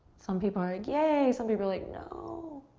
some people are like, yay, some people are like, no!